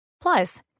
Plus